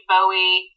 Bowie